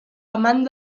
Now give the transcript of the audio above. amant